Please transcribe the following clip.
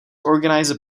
organized